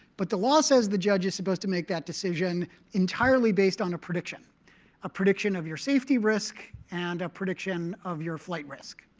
but the law says the judge is supposed to make that decision entirely based on a prediction a prediction of your safety risk and a prediction of your flight risk.